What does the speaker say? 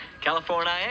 California